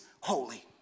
holy